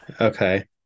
Okay